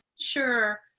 Sure